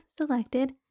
selected